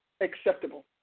acceptable